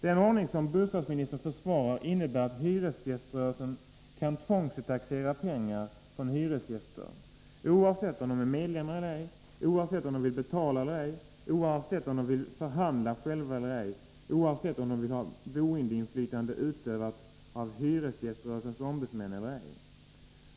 Den ordning som bostadsministern försvarar innebär att hyresgäströrelsen kan tvångsuttaxera pengar från hyresgäster, oavsett om de är medlemmar eller ej, oavsett om de vill betala eller ej, oavsett om de vill förhandla själva eller ej, oavsett om de vill ha ”boinflytande”, utövat av hyresgäströrelsens ombudsmän, eller ej.